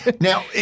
Now